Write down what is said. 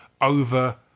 over